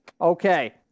Okay